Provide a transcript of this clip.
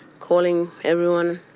calling everyone,